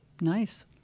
Nice